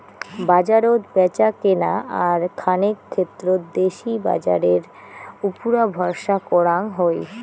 বাজারত ব্যাচাকেনা আর খানেক ক্ষেত্রত দেশি বাজারের উপুরা ভরসা করাং হই